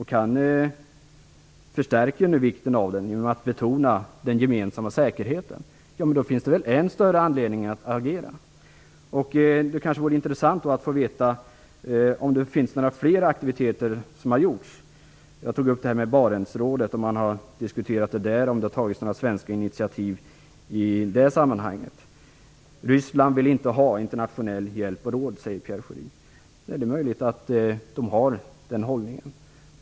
Han förstärker nu vikten av den genom att betona den gemensamma säkerheten. Då finns det väl än större anledning att agera. Det vore intressant att få veta om det har utvecklats några fler aktiviteter. Jag tog upp frågan om detta har diskuterats i Barentsrådet, om det har tagits några svenska initiativ i det sammanhanget. Ryssland vill inte ha internationell hjälp och råd, säger Pierre Schori. Det är möjligt att man har den hållningen.